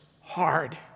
hard